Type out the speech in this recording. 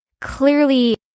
clearly